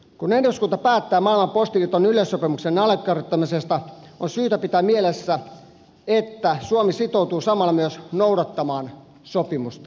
kun eduskunta päättää maailman postiliiton yleissopimuksen allekirjoittamisesta on syytä pitää mielessä että suomi sitoutuu samalla myös noudattamaan sopimusta